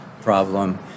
problem